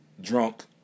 drunk